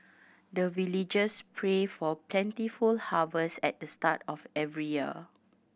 the villagers pray for plentiful harvest at the start of every year